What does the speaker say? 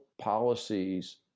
policies